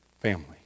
family